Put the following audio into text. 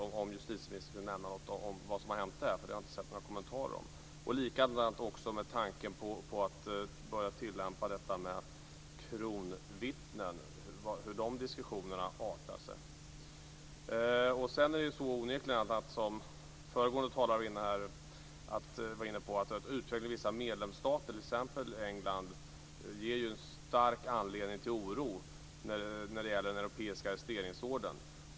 Kanske kunde justitieministern nämna något om vad som hänt i det avseendet, för det har jag inte sett några kommentarer om. Likaså gäller det tanken på att börja tillämpa detta med kronvittnen och hur de diskussionerna artar sig. Som föregående talare var inne på ger utvecklingen i vissa medlemsstater, t.ex. England, verkligen anledning till oro när det gäller den europeiska arresteringsordern.